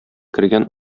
кергән